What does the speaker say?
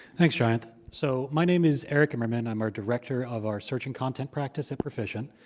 thanks, jayanth. so my name is eric immermann. i'm our director of our search and content practice at perficient.